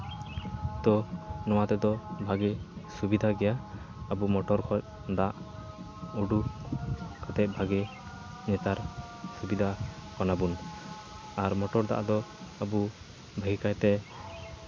ᱛᱚ ᱱᱚᱣᱟ ᱛᱮᱫᱚ ᱵᱷᱟᱹᱜᱤ ᱥᱩᱵᱤᱫᱟ ᱜᱮᱭᱟ ᱟᱵᱚ ᱢᱚᱴᱚᱨ ᱠᱷᱚᱱ ᱫᱟᱜ ᱩᱰᱩᱠ ᱠᱟᱛᱮᱫ ᱵᱷᱟᱜᱮ ᱱᱮᱛᱟᱨ ᱥᱩᱵᱤᱫᱟ ᱠᱟᱱᱟᱵᱚᱱ ᱟᱨ ᱢᱚᱴᱚᱨ ᱫᱟᱜ ᱫᱚ ᱟᱵᱚ ᱵᱷᱟᱹᱜᱤ ᱠᱟᱭᱛᱮ